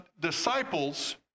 disciples